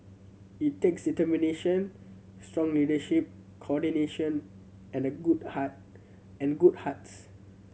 it takes determination strong leadership coordination and good heart and good hearts